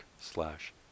slash